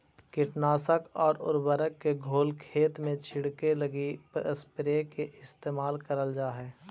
कीटनाशक आउ उर्वरक के घोल खेत में छिड़ऽके लगी स्प्रेयर के इस्तेमाल करल जा हई